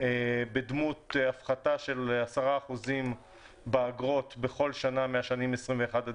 בדמות הפחתה של 10% באגרות בכל שנה מהשנים 2021 עד